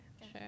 sure